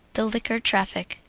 the liquor traffic.